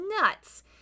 nuts